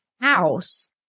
house